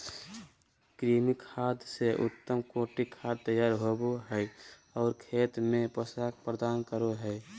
कृमि खाद से उत्तम कोटि खाद तैयार होबो हइ और खेत में पोषक प्रदान करो हइ